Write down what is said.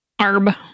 Arb